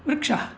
वृक्षः